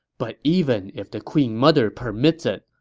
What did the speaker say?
but even if the queen mother permits it,